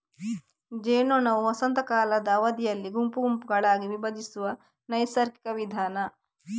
ಜೇನ್ನೊಣವು ವಸಂತ ಕಾಲದ ಅವಧಿಯಲ್ಲಿ ಗುಂಪುಗಳಾಗಿ ವಿಭಜಿಸುವ ನೈಸರ್ಗಿಕ ವಿಧಾನ